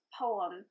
poem